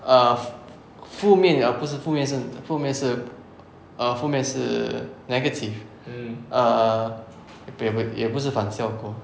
err 负面 liao 不是负面是负面是 err 负面是 negative err 也不也不是反效果